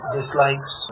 dislikes